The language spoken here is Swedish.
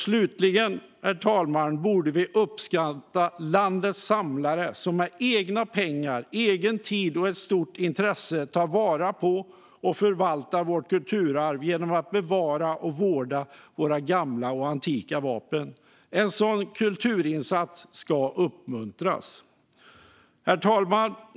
Slutligen, herr talman, borde vi uppskatta landets samlare, som med egna pengar, egen tid och ett stort intresse tar vara på och förvaltar vårt kulturarv genom att bevara och vårda våra gamla och antika vapen. En sådan kulturinsats ska uppmuntras. Herr talman!